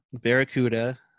Barracuda